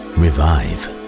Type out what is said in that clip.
revive